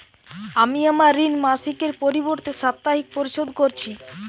আমি আমার ঋণ মাসিকের পরিবর্তে সাপ্তাহিক পরিশোধ করছি